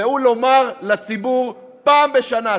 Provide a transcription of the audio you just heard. והוא לומר לציבור פעם בשנה,